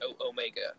Omega